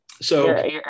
So-